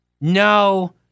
no